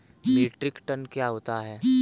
Metric ton क्या होता है?